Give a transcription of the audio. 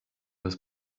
das